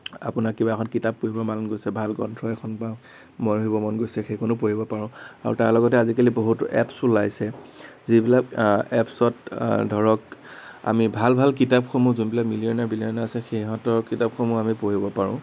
আপোনাৰ কিবা এখন কিতাপ পঢ়িব মন গৈছে ভাল গ্ৰন্থ এখন বা পঢ়িব মন গৈছে সেইখনো পঢ়িব পাৰোঁ আৰু তাৰ লগতে আজিকালি বহুতেো এপচ ওলাইছে যিবিলাক এপচত ধৰক আমি ভাল ভাল কিতাপসমূহ যোনবিলাক মিলিয়নাৰ বিলিয়নাৰ আছে সিহঁতৰ কিতাপসমূহ আমি পঢ়িব পাৰোঁ